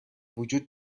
وجود